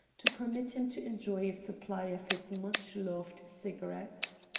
to permit him to enjoy a supply of his much-loved cigarettes.